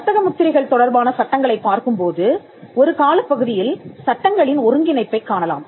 வர்த்தக முத்திரைகள் தொடர்பான சட்டங்களைப் பார்க்கும்போது ஒரு காலப்பகுதியில் சட்டங்களின் ஒருங்கிணைப்பைக் காணலாம்